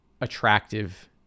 attractive